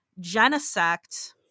Genesect